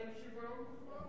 יש שוויון מוחלט.